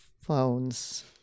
phones